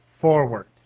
forward